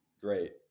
Great